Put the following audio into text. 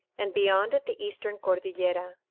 and beyond it the eastern cordillera.